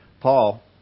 Paul